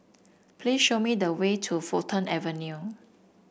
please show me the way to Fulton Avenue